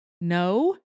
No